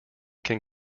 can